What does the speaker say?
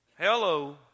Hello